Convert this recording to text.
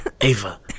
Ava